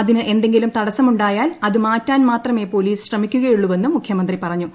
അതിന് എന്തെങ്കിലും തടസമുണ്ടായാൽ അത് മാറ്റാൻ മാത്രമേ പോലീസ് ശ്രമിക്കുകയുള്ളൂവെന്നും മുഖ്യമന്ത്രി പറഞ്ഞു